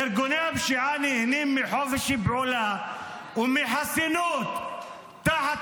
ארגוני הפשיעה נהנים מחופש פעולה ומחסינות תחת